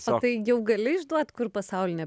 sakai jau gali išduot kur pasaulinė